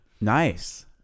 Nice